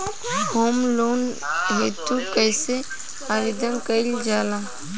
Home loan हेतु कइसे आवेदन कइल जाला?